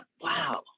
Wow